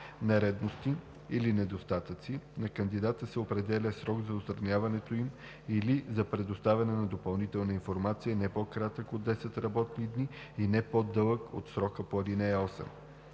нередовности или недостатъци, на кандидата се определя срок за отстраняването им или за предоставяне на допълнителна информация, не по-кратък от 10 работни дни и не по-дълъг от срока по ал.